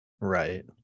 Right